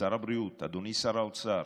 שר הבריאות, אדוני שר האוצר,